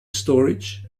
storage